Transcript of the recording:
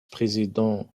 président